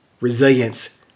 Resilience